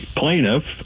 plaintiff